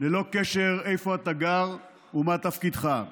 ללא קשר איפה אתה גר ומה תפקידך.